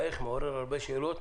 האיך מעורר הרבה שאלות,